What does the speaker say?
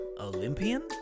Olympian